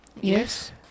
Yes